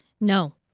No